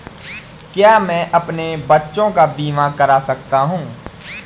क्या मैं अपने बच्चों का बीमा करा सकता हूँ?